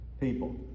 people